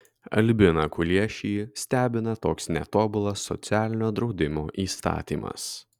albiną kuliešį stebina toks netobulas socialinio draudimo įstatymas